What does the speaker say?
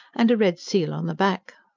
and a red seal on the back.